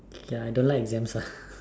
ya I don't like exams ah